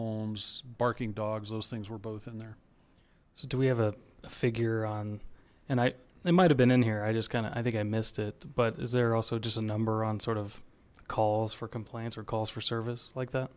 homes barking dogs those things were both in there so do we have a figure on and i they might have been in here i just kind of i think i missed it but is there also just a number on sort of calls for complaints or calls for service like that